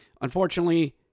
unfortunately